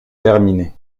terminée